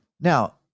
now